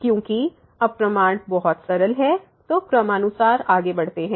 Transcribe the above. क्योंकि अब प्रमाण बहुत सरल है तो क्रमानुसार आगे बढ़ते हैं